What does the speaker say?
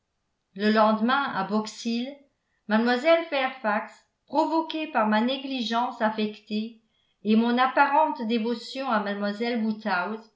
le lendemain à box hill mlle fairfax provoquée par ma négligence affectée et mon apparente dévotion à